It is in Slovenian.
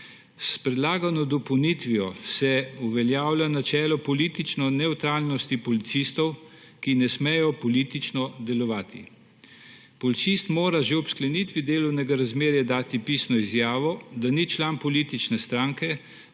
S predlagano dopolnitvijo se uveljavlja načelo politične nevtralnosti policistov, ki ne smejo politično delovati. Policist mora že ob sklenitvi delovnega razmerja dati pisno izjavo, da ni član politične stranke,